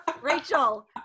Rachel